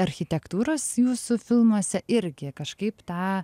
architektūros jūsų filmuose irgi kažkaip tą